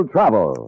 Travel